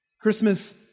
Christmas